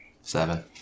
Seven